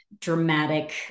dramatic